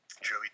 Joey